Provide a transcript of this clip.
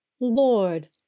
Lord